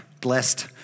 blessed